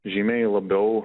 žymiai labiau